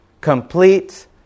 complete